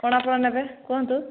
କ'ଣ ଆପଣ ନେବେ କୁହନ୍ତୁ